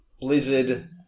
Blizzard